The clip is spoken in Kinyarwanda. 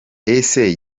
ese